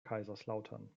kaiserslautern